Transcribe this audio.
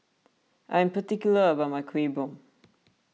I am particular about my Kuih Bom